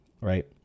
right